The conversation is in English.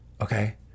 okay